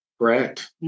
Correct